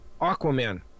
Aquaman